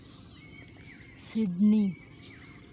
Sydney